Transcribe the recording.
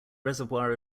reservoir